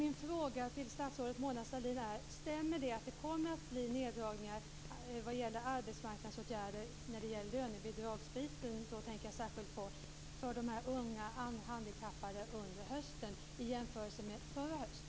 Min fråga till statsrådet Mona Sahlin är: Stämmer det att det under hösten kommer att bli neddragningar på arbetsmarknadsåtgärder när det gäller lönebidrag, och då tänker jag särskilt på de unga, handikappade, jämfört med hur det var förra hösten?